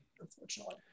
Unfortunately